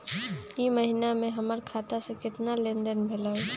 ई महीना में हमर खाता से केतना लेनदेन भेलइ?